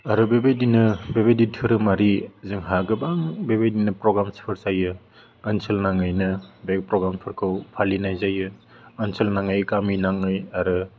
आरो बेबायदिनो बेबायदि धोरोमारि जोंहा गोबां बेबायदिनो प्रग्राम्सफोर जायो ओनसोल नाङैनो बे प्रग्रामफोरखौ फालिनाय जायो ओनसोल नाङै गामि नाङै आरो